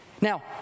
Now